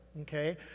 Okay